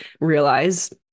realize